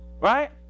Right